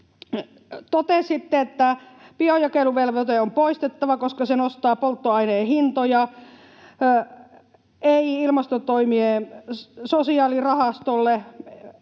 Totesitte, että biojakeluvelvoite on poistettava, koska se nostaa polttoaineen hintoja. ”Ei” ilmastotoimien sosiaalirahastolle,